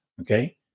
okay